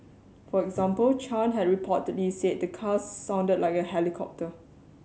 for example Chan had reportedly said the car sounded like a helicopter